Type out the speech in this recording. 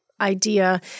idea